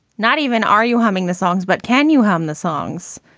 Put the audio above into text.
not even. are you having the songs, but can you hum the songs?